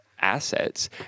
assets